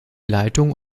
leitung